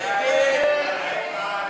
ההסתייגויות לסעיף 89,